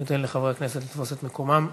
ניתן לחברי הכנסת לתפוס את מקומם,